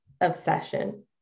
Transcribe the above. obsession